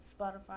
Spotify